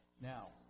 Now